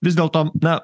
vis dėlto na